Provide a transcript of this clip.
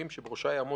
אז נוצר מצב שהיום,